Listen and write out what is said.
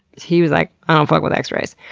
he was like, i don't fuck with x-rays.